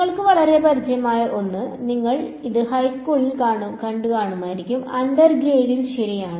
നിങ്ങൾക്ക് വളരെ പരിചിതമായ ഒന്ന് നിങ്ങൾ അത് ഹൈസ്കൂളിൽ കാണുമായിരുന്നു അണ്ടർ ഗ്രേഡിൽ ശരിയാണ്